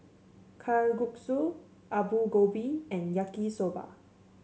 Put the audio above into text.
Kalguksu Alu Gobi and Yaki Soba